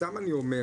סתם אני אומר,